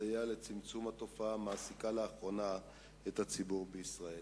לסייע לצמצום התופעה המעסיקה לאחרונה את הציבור בישראל.